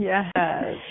Yes